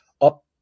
up